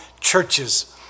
churches